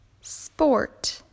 sport